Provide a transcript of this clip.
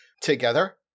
together